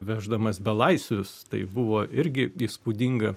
veždamas belaisvius tai buvo irgi įspūdinga